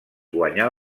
guanyà